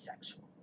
sexual